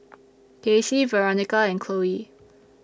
Kasie Veronica and Chloe